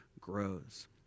grows